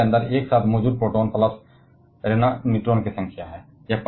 यह नाभिक के अंदर एक साथ मौजूद प्रोटॉन प्लस न्यूट्रॉन की संख्या है